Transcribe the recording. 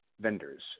vendors